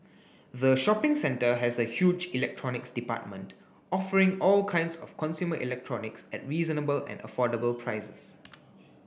the shopping centre has a huge electronics department offering all kinds of consumer electronics at reasonable and affordable prices